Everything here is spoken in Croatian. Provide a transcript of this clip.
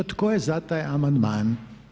Tko je za taj amandman?